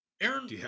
Aaron